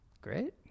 Great